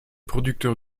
producteur